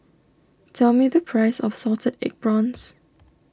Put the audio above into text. tell me the price of Salted Egg Prawns